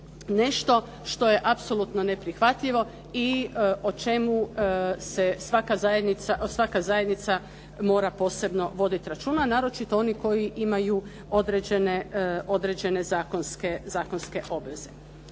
nešto što je apsolutno neprihvatljivo i o čemu se svaka zajednica mora posebno voditi računa naročito oni koji imaju određene zakonske obveze.